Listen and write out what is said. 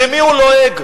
למי הוא לועג?